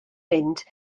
mynd